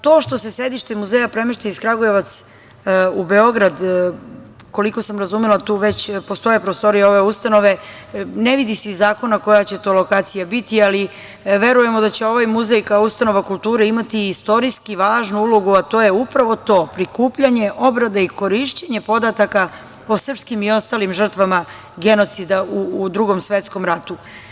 To što se sedište muzeja premešta iz Kragujevca u Beograd, koliko sam razumela, tu već postoje prostorije ove ustanove, ne vidi se iz zakona koja će to lokacija biti, ali verujemo da će ovaj muzej, kao ustanova kulture, imati istorijski važnu ulogu, a to je upravo to - prikupljanje, obrada i korišćenje podataka o srpskim i ostalim žrtvama genocida u Drugom svetskom ratu.